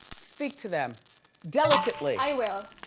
speak to them delicately. i will,